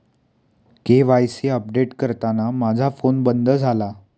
KYC update करताना माझा phone बंद झाला